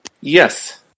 Yes